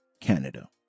Canada